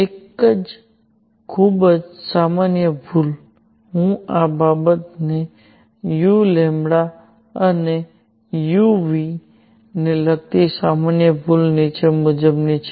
એક ખૂબ જ સામાન્ય ભૂલ હું આ બાબત ને u અને u ને લગતી સામાન્ય ભૂલ નીચે મુજબ છે